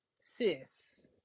sis